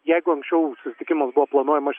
jeigu anksčiau susitikimas buvo planuojamas